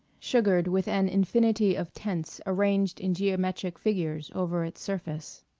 sugared with an infinity of tents arranged in geometric figures over its surface.